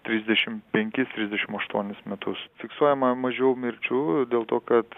trisdešim penkis trisdešim aštuonis metus fiksuojama mažiau mirčių dėl to kad